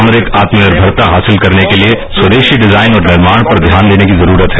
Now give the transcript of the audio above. सामरिक आत्मनिर्मरता हासिल करने के लिए स्वदेशी डिजाइन और निर्माण पर ध्यान देने की जरूरत है